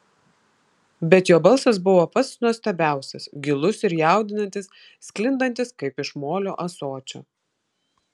bet jo balsas buvo pats nuostabiausiais gilus ir jaudinantis sklindantis kaip iš molio ąsočio